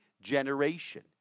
generation